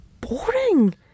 boring